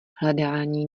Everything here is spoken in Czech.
hledání